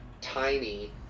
tiny